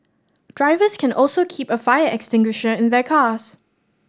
drivers can also keep a fire extinguisher in their cars